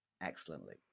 excellently